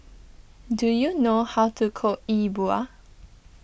do you know how to cook Yi Bua